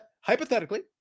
hypothetically